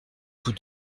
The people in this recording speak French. tous